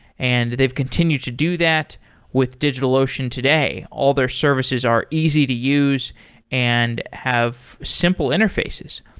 and they've continued to do that with digitalocean today. all their services are easy to use and have simple interfaces.